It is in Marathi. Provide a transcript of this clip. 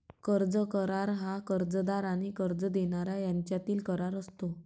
कर्ज करार हा कर्जदार आणि कर्ज देणारा यांच्यातील करार असतो